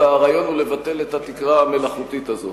והרעיון הוא לבטל את התקרה המלאכותית הזאת.